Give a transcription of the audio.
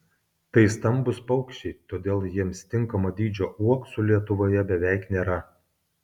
tai stambūs paukščiai todėl jiems tinkamo dydžio uoksų lietuvoje beveik nėra